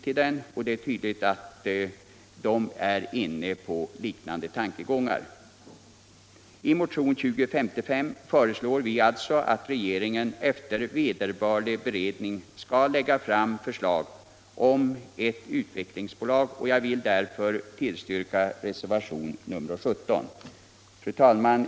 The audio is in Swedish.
Man är tydligen inne på liknande tankegångar. I motionen 2053 föreslår vi alltså att regeringen efter vederbörlig beredning skall lägga fram förslag om ext utvecklingsbolag. Jag vill därför tillstyrka reservationen 17. Fru talman!